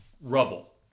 rubble